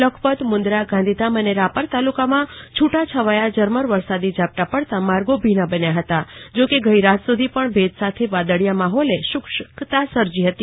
લખપત મુન્દ્રા ગાંધીધામ અને રાપર તાલુકામાં છુટાછવાયા ઝરમર વરસાદી ઝાપટા પડતા માર્ગો ભીના થયા હતા જો કે ગઈ રાત સુધી પણ ભેજ સાથે વાદળિયાં માહોલ શુષ્કતા સર્જી હતી